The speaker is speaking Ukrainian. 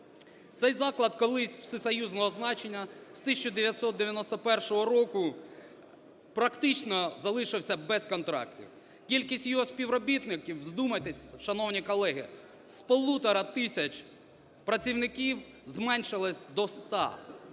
Цей заклад колись всесоюзного значення з 1991 року практично залишився без контрактів. Кількість його співробітників, вдумайтесь, шановні колеги, з 1,5 тисяч працівників зменшилася до 100,